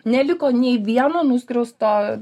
neliko nei vieno nuskriausto